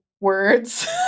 Words